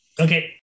okay